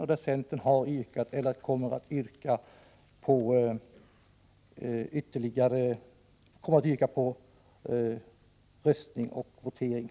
I fråga om dessa reservationer har centern yrkat, eller kommer att yrka, på rösträkning och votering.